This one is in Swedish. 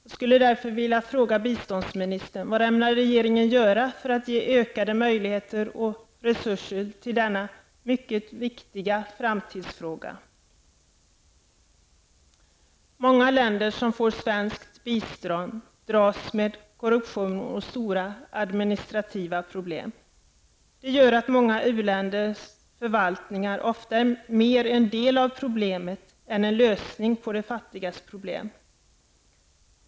Jag skulle därför vilja fråga biståndsministern: Vad ämnar regeringen göra för att ge ökade möjligheter och resurser till denna mycket viktiga framtidsfråga? Många länder som får svenskt bistånd dras med korruption och stora administrativa problem. Det gör att många u-länders förvaltningar ofta mer är en del av problemet än av lösningen på de fattigas problem.